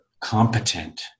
competent